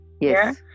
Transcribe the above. Yes